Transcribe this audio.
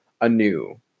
anew